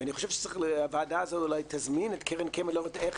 ואני חושב שהוועדה הזו אולי תזמין את קרן קיימת לראות איך